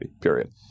period